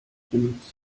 benutzt